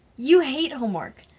you hate homework!